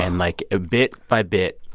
and like, ah bit by bit,